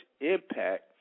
impact